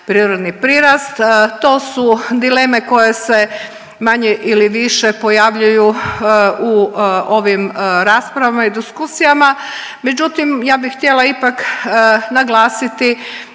prirodni prirast? To su dileme koje se manje ili više pojavljuju u ovim raspravama i diskusijama, međutim ja bi htjela ipak naglasiti